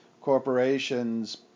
corporations